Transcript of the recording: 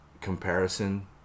comparison